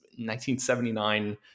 1979